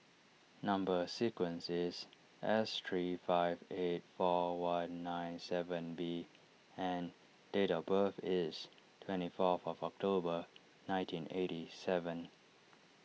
Number Sequence is S three five eight four one nine seven B and date of birth is twenty fourth of October nineteen eighty seven